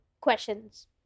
questions